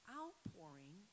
outpouring